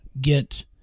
get